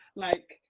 like,